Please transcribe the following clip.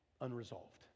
unresolved